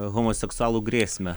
homoseksualų grėsmę